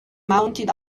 mounted